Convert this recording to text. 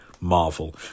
Marvel